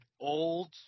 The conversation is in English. old